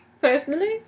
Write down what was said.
personally